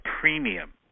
premium